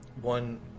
one